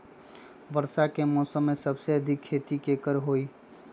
वर्षा के मौसम में सबसे अधिक खेती केकर होई?